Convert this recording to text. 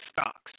stocks